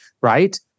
right